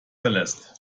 verlässt